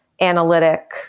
analytic